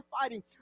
fighting